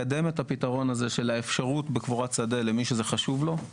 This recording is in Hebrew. לקדם את הפתרון הזה של האפשרות בקבורת שדה למי שזה חשוב לו.